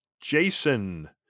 jason